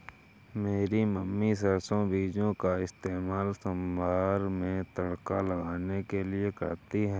मेरी मम्मी सरसों बीजों का इस्तेमाल सांभर में तड़का लगाने के लिए करती है